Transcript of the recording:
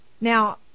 Now